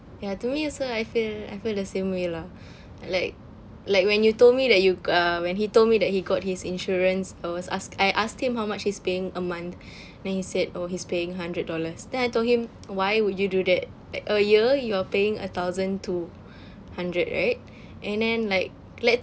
ya to me also I feel I feel the same way lah like like when you told me that you uh when he told me that he got his insurance I was ask~ I asked him how much he's paying a month then he said oh he's paying hundred dollars then I told him why would you do that uh a year you're paying a thousand two hundred right and then like let's